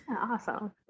Awesome